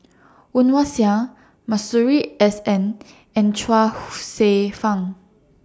Woon Wah Siang Masuri S N and Chuang Hsueh Fang